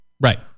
Right